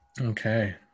Okay